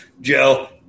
Joe